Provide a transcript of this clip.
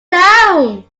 down